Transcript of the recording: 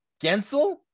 Gensel